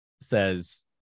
says